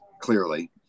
Clearly